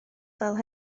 fel